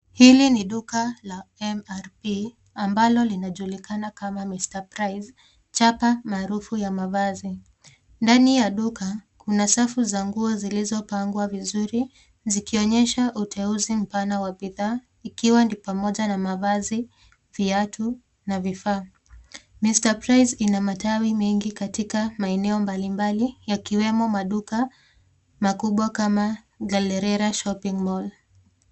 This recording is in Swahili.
Hili ni duka la mrp ambalo linajulikana kama mr price chapa maarufu ya mavazi. Ndani ya duka kuna safu za nguo zilizopangwa vizuri zikionyesha uteuzi mpana wa bidhaa ikiwa ni pamoja na mavazi, viatu na vifaa. Mr price ina matawi mengi katika maeneo mbalimbali yakiwemo maduka makubwa kama gallarela shopping mall .